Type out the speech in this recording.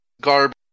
garbage